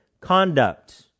conduct